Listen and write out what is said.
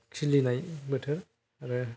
खिलिनाय बोथोर आरो